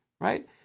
right